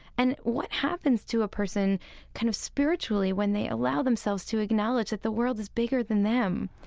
and what happens to a person kind of spiritually when they allow themselves to acknowledge that the world is bigger than them,